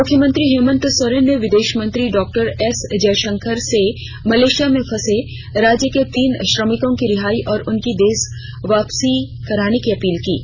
मुख्यमंत्री हेमंत सोरेन ने विदेश मंत्री डॉक्टर एस जयशंकर से मलेशिया में फंसे राज्य के तीन श्रमिकों की रिहाई और उनकी देश वापसी करवाने की अपील की है